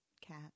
cat